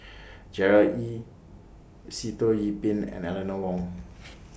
Gerard Ee Sitoh Yih Pin and Eleanor Wong